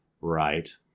Right